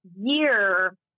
year